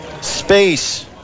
space